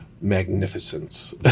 magnificence